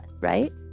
right